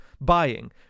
buying